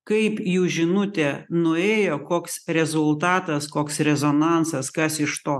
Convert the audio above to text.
kaip jų žinutė nuėjo koks rezultatas koks rezonansas kas iš to